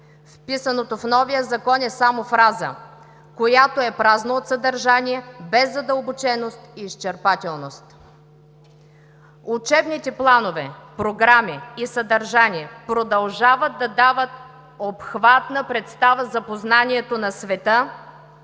Вписаното в новия Закон е само фраза, която е празна от съдържание, без задълбоченост и изчерпателност. Учебните планове, програми и съдържание продължават да дават обхватна представа за познанието на света,